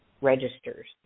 registers